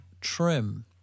trim